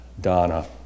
Donna